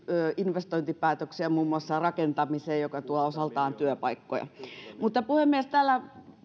investointipäätöksiä muun muassa rakentamiseen joka tuo osaltaan työpaikkoja puhemies täällä